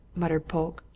muttered polke.